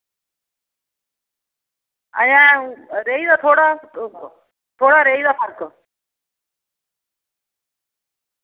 अजें रेही दा थोह्ड़ा थोह्ड़ा रेही दा फर्क